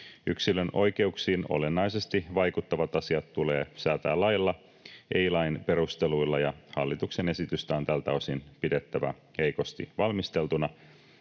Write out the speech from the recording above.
Yksilön oikeuksiin olennaisesti vaikuttavat asiat tulee säätää lailla, ei lain perusteluilla, ja hallituksen esitystä on tältä osin pidettävä heikosti valmisteltuna,